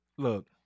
Look